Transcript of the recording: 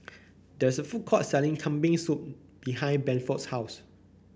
there is a food court selling Kambing Soup behind Bedford's house